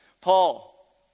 Paul